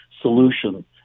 solution